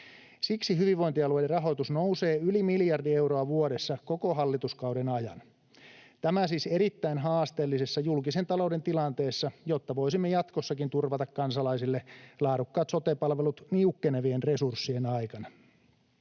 Siksi hyvinvointialueiden rahoitus nousee yli miljardi euroa vuodessa koko hallituskauden ajan — tämä siis erittäin haasteellisessa julkisen talouden tilanteessa — jotta voisimme jatkossakin turvata kansalaisille laadukkaat sote-palvelut niukkenevien resurssien aikana.